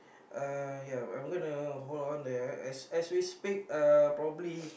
uh ya I'm gona hold on there as as we speak uh probably